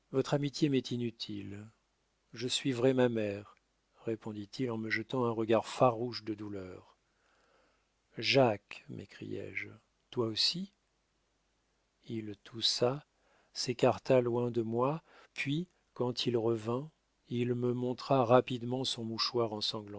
votre amitié m'est inutile je suivrai ma mère répondit-il en me jetant un regard farouche de douleur jacques m'écriai-je toi aussi il toussa s'écarta loin de moi puis quand il revint il me montra rapidement son mouchoir